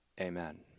amen